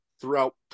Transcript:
throughout